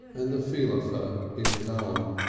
and the feel of her in his um